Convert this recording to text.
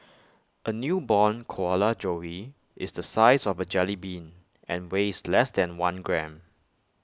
A newborn koala joey is the size of A jellybean and weighs less than one gram